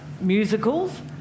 musicals